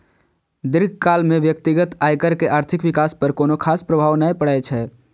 दीर्घकाल मे व्यक्तिगत आयकर के आर्थिक विकास पर कोनो खास प्रभाव नै पड़ै छै